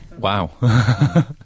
Wow